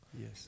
yes